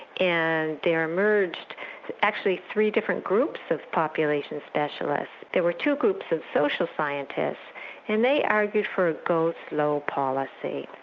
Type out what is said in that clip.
and there emerged actually three different groups of population specialists. there were two groups of social scientists and they argued for a go-slow policy.